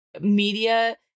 media